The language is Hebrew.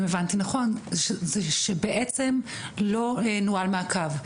אם הבנתי נכון זה שבעצם לא נוהל מעקב,